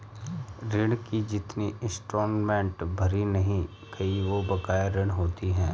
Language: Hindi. ऋण की जितनी इंस्टॉलमेंट भरी नहीं गयी वो बकाया ऋण होती है